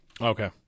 Okay